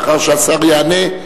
לאחר שהשר יענה,